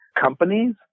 companies